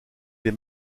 des